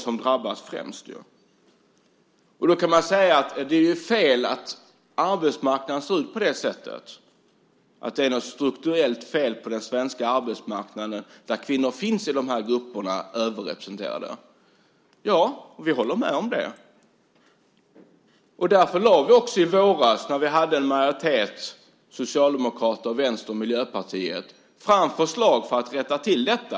Man kan säga att det är något strukturellt fel på den svenska arbetsmarknaden där kvinnor är överrepresenterade i de här grupperna. Ja, vi håller med om det! Och därför lade vi i våras - när Socialdemokraterna, Vänstern och Miljöpartiet var i majoritet - fram förslag för att rätta till detta.